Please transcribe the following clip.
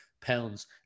pounds